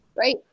Right